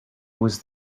was